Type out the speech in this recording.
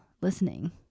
listening